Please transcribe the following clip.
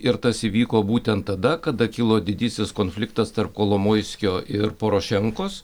ir tas įvyko būtent tada kada kilo didysis konfliktas tarp kolomojskio ir porošenkos